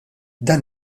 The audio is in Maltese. dan